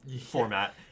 format